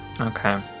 Okay